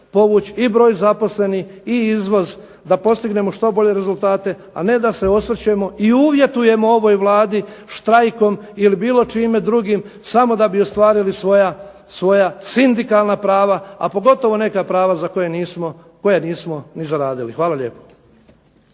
i broj zaposlenih i izvoz da postignemo što bolje rezultate, a ne da se osvrćemo i uvjetujemo ovoj Vladi štrajkom ili bilo čime drugim samo da bi ostvarili svoja sindikalna prava, a pogotovo neka prava koja nismo ni zaradili. Hvala.